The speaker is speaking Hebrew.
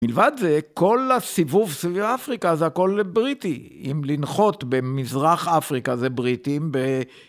מלבד זה, כל הסיבוב סביב אפריקה זה הכל בריטי. אם לנחות במזרח אפריקה זה בריטים.